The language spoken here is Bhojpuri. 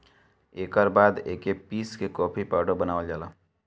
एकर बाद एके पीस के कॉफ़ी पाउडर बनावल जाला